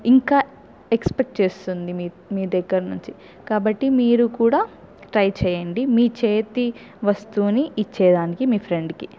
ఇంకా ఎక్స్పెక్ట్ చేస్తుంది మి మీ దగ్గర నుంచి కాబట్టి మీరు కూడా ట్రై చేయండి మీ చేతి వస్తువుని ఇచ్చేడానికి మీ ఫ్రెండ్కి